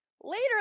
Later